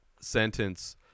sentence